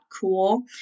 cool